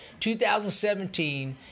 2017